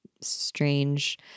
strange